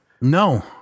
No